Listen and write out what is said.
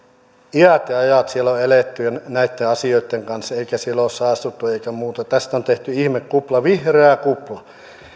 iät ja ajat siellä on eletty näitten asioitten kanssa eikä siellä ole saastuttu eikä muuta tästä on tehty ihmekupla vihreä kupla